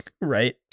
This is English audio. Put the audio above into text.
right